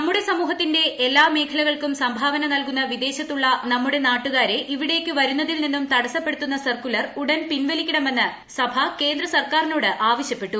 നമ്മുടെ സമൂഹത്തിന്റെ എല്ലാ മേഖലകൾക്കും സംഭാവന നൽകുന്ന വിദേശത്തുള്ള നമ്മുടെ നാട്ടുകാരെ ഇവിടേക്കു വരുന്നതിൽ നിന്നും തടസ്സപ്പെടുത്തുന്ന സർക്കുലർ ഉടൻ പിൻവലിക്കണമെന്ന് സഭ കേന്ദ്രസർക്കാരിനോട് ആവശ്യപ്പെട്ടു